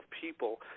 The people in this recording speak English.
people